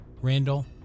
Randall